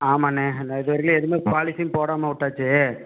ஆமாண்ணா நான் இதுவரையிலும் எதுவுமே பாலிசின்னு போடாமல் விட்டாச்சி